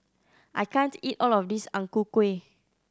I can't eat all of this Ang Ku Kueh